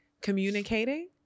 communicating